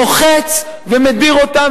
מוחץ ומדיר אותם,